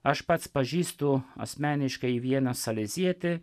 aš pats pažįstu asmeniškai vieną salezietį